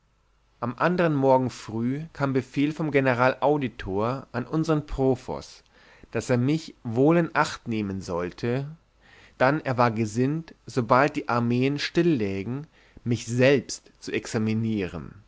am andern morgen früh kam befehl vom generalauditor an unsern profos daß er mich wohl in acht nehmen sollte dann er war gesinnt sobald die armeen still lägen mich selbst zu examinieren